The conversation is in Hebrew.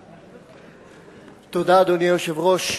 תודה, אדוני היושב-ראש.